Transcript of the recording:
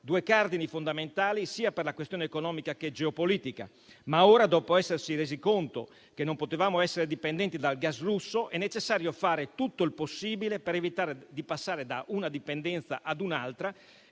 due carte fondamentali sia per la questione economica che per quella geopolitica. Ora, dopo essersi resi conto che non potevamo essere dipendenti dal gas russo, è necessario fare tutto il possibile per evitare di passare da una dipendenza ad un'altra,